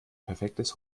perfektes